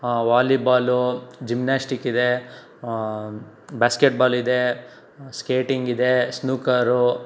volleyball gymnastic ಇದೆ basketball ಇದೆ skating ಇದೆ ಸ್ನೂಕರು